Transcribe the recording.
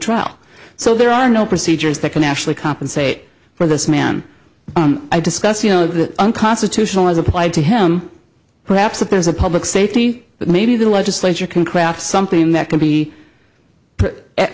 trial so there are no procedures that can actually compensate for this man i discuss you know the unconstitutional as applied to him perhaps there's a public safety but maybe the legislature can craft something that can be